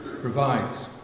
provides